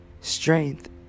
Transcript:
strength